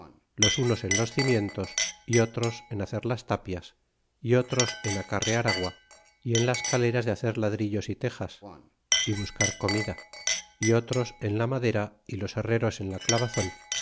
los unos en los cimientos y otros en hacer las tapias y otros en acarrear agua y en las caleras en hacer ladrillos y tejas y buscar comida y otros en la madera y los herreros en la clavazon